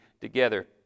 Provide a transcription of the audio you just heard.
together